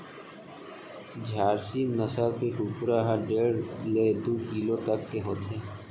झारसीम नसल के कुकरा ह डेढ़ ले दू किलो तक के होथे